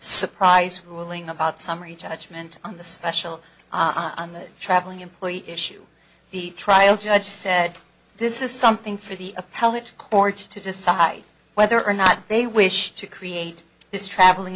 rprise fooling about summary judgment on the special on the traveling employee issue the trial judge said this is something for the appellate courts to decide whether or not they wish to create this traveling